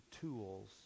tools